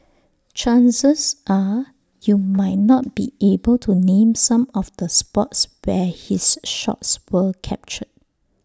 chances are you might not be able to name some of the spots where his shots were captured